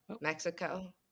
Mexico